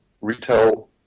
retail